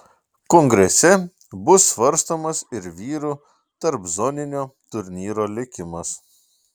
kongrese bus svarstomas ir vyrų tarpzoninio turnyro likimas